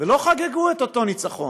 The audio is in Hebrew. ולא חגגו את אותו ניצחון.